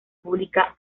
pública